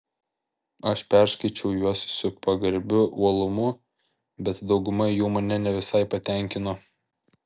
aš perskaičiau juos su pagarbiu uolumu bet dauguma jų mane ne visai patenkino